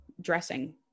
dressing